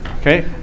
Okay